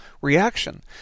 reaction